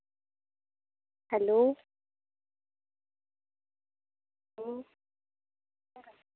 hello